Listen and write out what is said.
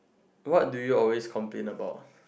what do you always complain about